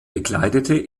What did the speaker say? bekleidete